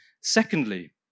Secondly